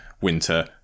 winter